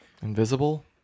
invisible